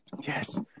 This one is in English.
Yes